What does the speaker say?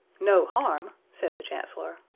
no harm? said the chancellor.